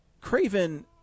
craven